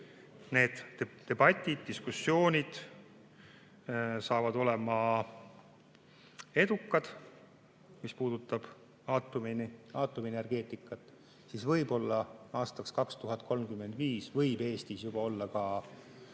need debatid, diskussioonid on edukad, mis puudutab aatomienergeetikat, siis võib-olla aastaks 2035 võib Eestis juba olla ka